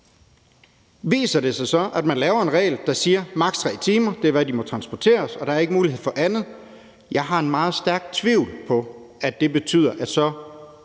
Viser det sig så, at man laver en regel, der siger, at maks. 3 timer er, hvad de må transporteres, og der ikke er mulighed for andet, har jeg en meget stærk tvivl på, at det f.eks.